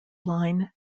line